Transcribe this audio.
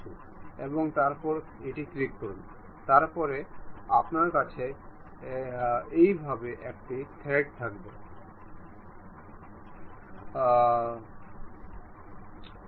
সুতরাং path mate ব্যবহার করে এটি সম্ভব হয়েছিল